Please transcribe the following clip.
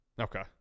Okay